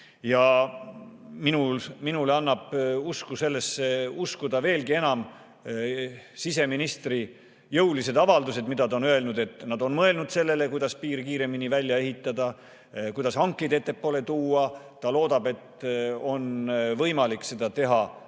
Ja minule annavad usku sellesse veelgi enam siseministri jõulised avaldused, mida ta on teinud, et nad on mõelnud sellele, kuidas piir kiiremini välja ehitada, kuidas hankeid ettepoole tuua. Ta loodab, et seda on võimalik teha